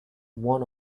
one